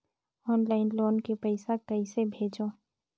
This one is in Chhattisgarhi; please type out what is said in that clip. ऑनलाइन लोन के पईसा कइसे भेजों?